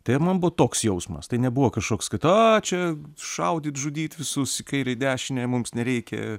tai man buvo toks jausmas tai nebuvo kažkoks kad a čia šaudyt žudyt visus į kairę į dešinę mums nereikia